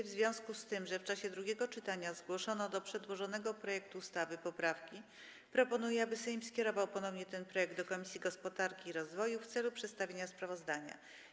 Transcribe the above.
W związku z tym, że w czasie drugiego czytania zgłoszono do przedłożonego projektu ustawy poprawki, proponuję, aby Sejm skierował ponownie ten projekt do Komisji Gospodarki i Rozwoju w celu przedstawienia sprawozdania.